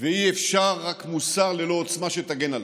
ואי-אפשר רק מוסר ללא עוצמה שתגן עליו.